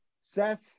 seth